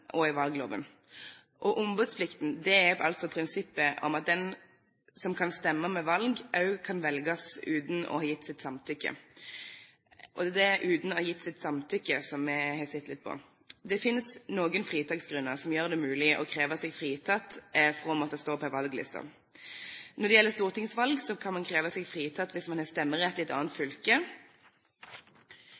og i valgloven. Ombudsplikten er prinsippet om at den som kan stemme ved valg, også kan velges uten å ha gitt sitt samtykke. Det er «uten å ha gitt sitt samtykke» som vi har sett litt på. Det finnes noen fritaksgrunner som gjør det mulig å kreve seg fritatt fra å måtte stå på en valgliste. Når det gjelder stortingsvalg, kan man kreve seg fritatt hvis man har stemmerett i et annet fylke,